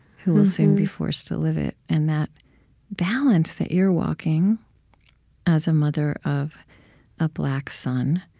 who will soon be forced to live it. and that balance that you're walking as a mother of a black son,